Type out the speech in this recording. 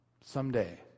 Someday